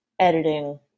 editing